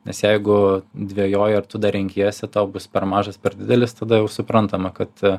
nes jeigu dvejoji ar tu dar renkiesi tau bus per mažas per didelis tada jau suprantama kad